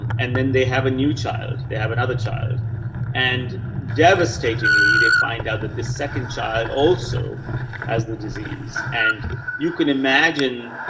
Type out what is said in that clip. um and then they have a new child, they have another child and devastatingly they find out that the second child also as the disease, and you can imagine,